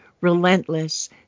relentless